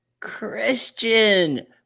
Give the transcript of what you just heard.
Christian